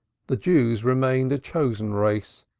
the jews remained a chosen race,